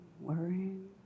worrying